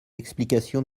explications